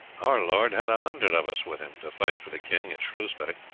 our lord had a hundred of us with him to fight for the king at shrewsbury.